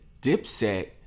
Dipset